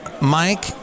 Mike